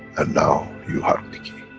and now, you have the key.